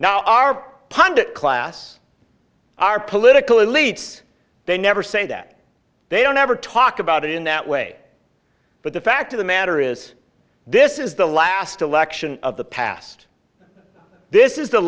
now our pundit class our political elites they never say that they don't ever talk about it in that way but the fact of the matter is this is the last election of the past this is the